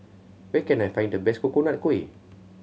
where can I find the best Coconut Kuih